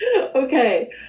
Okay